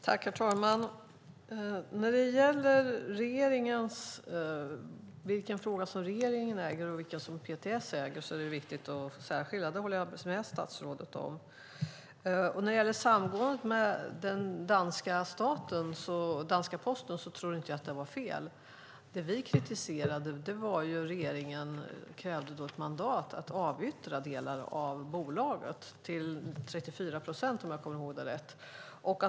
Herr talman! Jag håller med statsrådet om att det är viktigt att särskilja vilka frågor regeringen äger och vilka PTS äger. Samgåendet med Post Danmark tror jag inte var fel. Det vi kritiserade var att regeringen krävde ett mandat att avyttra delar av bolaget - till 34 procent, om jag kommer ihåg rätt.